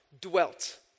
dwelt